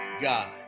God